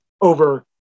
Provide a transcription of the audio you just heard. over